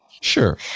Sure